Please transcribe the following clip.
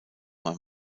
ein